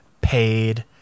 paid